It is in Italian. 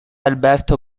alberto